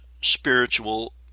spiritual